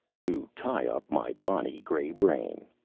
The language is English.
to tie up my bonny grey brain,